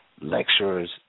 Lecturers